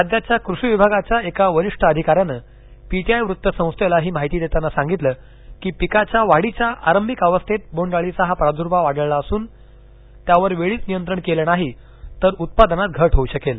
राज्याच्या कृषी विभागाच्या एका वरिष्ठ अधिकाऱ्यानं पीटीआय वृत्तसंस्थेला ही माहिती देताना सांगितलं की पिकाच्या वाढीच्या आरंभिक अवस्थेत बोंडअळीचा हा प्रादुर्भाव आढळला असून त्यावर वेळीच नियंत्रण केलं नाही तर उत्पादनात घट होऊ शकेल